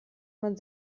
man